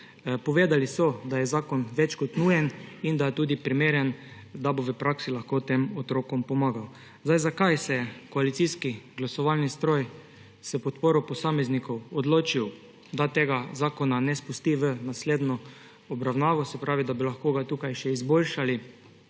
Povedali so, da je zakon več kot nujen in da je tudi primeren, da bo v praksi lahko tem otrokom pomagal. Zakaj se je koalicijski glasovalni stroj s podporo posameznikov odločil, da tega zakona ne spusti v naslednjo obravnavo, da bi lahko ga tukaj še izboljšali